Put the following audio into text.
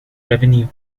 revenue